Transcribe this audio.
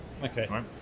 okay